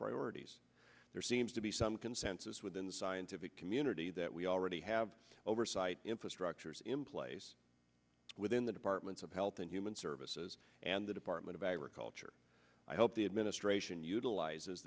priorities there seems to be some consensus within the scientific community that we already have oversight infrastructures emplace within the departments of health and human services and the department of agriculture i hope the administration utilize